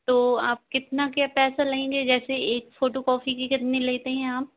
तो आप कितना क्या पैसा लगेंगे जैसे एक फोटोकॉफी कि कितनी लेते हैं आप